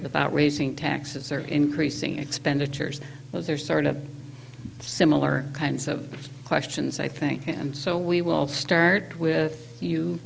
without raising taxes or increasing expenditures so there's sort of similar kinds of questions i think and so we will start with you